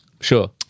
Sure